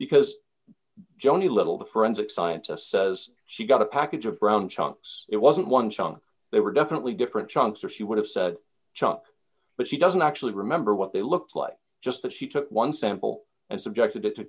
because johnny little the forensic scientist says she got a package of brown chunks it wasn't one chunk there were definitely different chunks or she would have said chuck but she doesn't actually remember what they looked like just that she took one sample and subjected